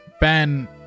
Ben